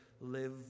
live